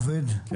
אני